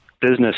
business